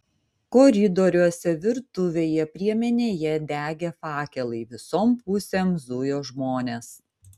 koridoriuose virtuvėje priemenėje degė fakelai visom pusėm zujo žmonės